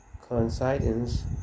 Coincidence